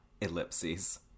ellipses